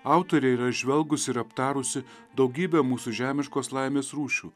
autorė yra žvelgusi ir aptarusi daugybę mūsų žemiškos laimės rūšių